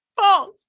false